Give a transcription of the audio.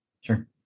Sure